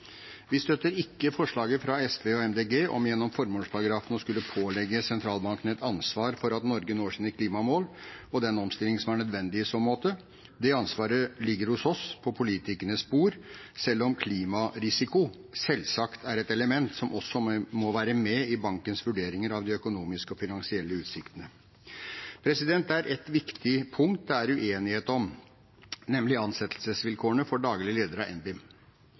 Vi støtter ikke forslaget fra SV, Miljøpartiet De Grønne og Rødt om gjennom formålsparagrafen å skulle pålegge sentralbanken et ansvar for at Norge når sine klimamål, og den omstilling som er nødvendig i så måte. Det ansvaret ligger hos oss, på politikernes bord, selv om klimarisiko selvsagt er et element som også må være med i bankens vurderinger av de økonomiske og finansielle utsiktene. Det er ett viktig punkt det er uenighet om, nemlig ansettelsesvilkårene for daglig leder av NBIM.